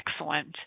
excellent